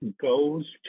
goes